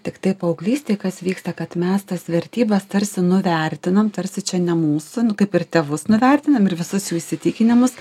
tiktai paauglystėj kas vyksta kad mes tas vertybes tarsi nuvertinam tarsi čia ne mūsų kaip ir tėvus nuvertinam ir visus jų įsitikinimus